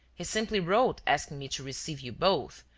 he simply wrote asking me to receive you both,